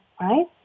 right